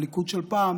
הליכוד של פעם